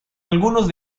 algunos